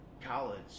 college